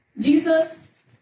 Jesus